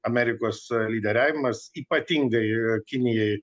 amerikos lyderiavimas ypatingai kinijai